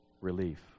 relief